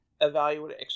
evaluate